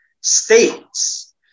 states